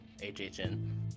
HHN